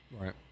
Right